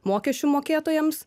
mokesčių mokėtojams